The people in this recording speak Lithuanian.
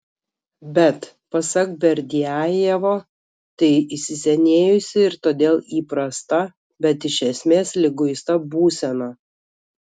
bet pasak berdiajevo tai įsisenėjusi ir todėl įprasta bet iš esmės liguista būsena